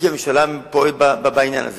אם כי הממשלה פועלת בעניין הזה,